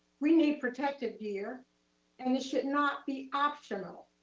we need protective gear and it should not be optional.